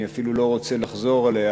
אני אפילו לא רוצה לחזור עליה,